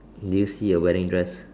do you see a wedding dress